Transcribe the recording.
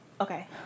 okay